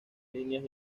líneas